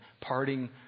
parting